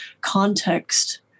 context